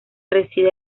reside